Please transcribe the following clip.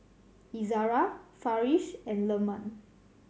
Izara Farish and Leman